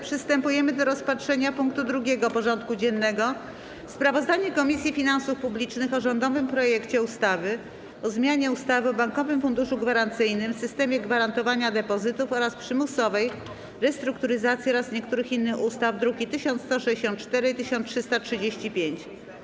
Przystępujemy do rozpatrzenia punktu 2. porządku dziennego: Sprawozdanie Komisji Finansów Publicznych o rządowym projekcie ustawy o zmianie ustawy o Bankowym Funduszu Gwarancyjnym, systemie gwarantowania depozytów oraz przymusowej restrukturyzacji oraz niektórych innych ustaw (druki nr 1164 i 1335)